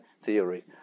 theory